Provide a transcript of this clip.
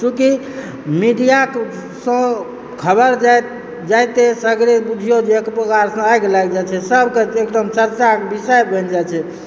चूँकि मीडियासँ खबर जाइत छै सगरे बुझिऔ जे एक प्रकारसँ आगि लागि जाय छै सभकऽ एकदम चर्चाक विषय बनि जैत छै